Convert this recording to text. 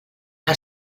que